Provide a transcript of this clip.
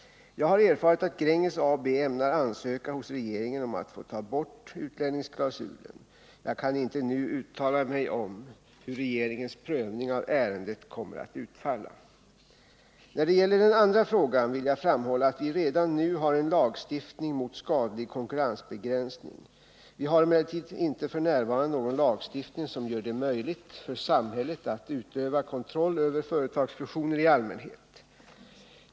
Jag har erfarit att Gränges AB ämnar ansöka hos regeringen om att få ta bort utlänningsklausulen. Jag kan inte nu uttala mig om hur regeringens prövning av ärendet kommer att utfalla. När det gäller den andra frågan vill jag framhålla att vi redan nu har en lagstiftning mot skadlig konkurrensbegränsning. Vi har emellertid inte f. n. någon lagstiftning som gör det möjligt för samhället att utöva kontroll över företagsfusioner i allmänhet.